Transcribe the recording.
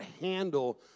handle